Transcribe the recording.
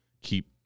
keep